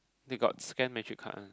they got scan metric card one